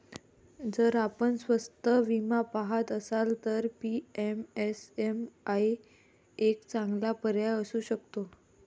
जर आपण स्वस्त विमा पहात असाल तर पी.एम.एस.एम.वाई एक चांगला पर्याय असू शकतो